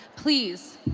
please,